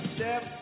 Step